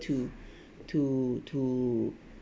to to to